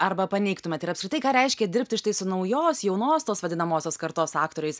arba paneigtumėt ir apskritai ką reiškia dirbti štai su naujos jaunos tos vadinamosios kartos aktoriais